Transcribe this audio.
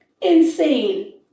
insane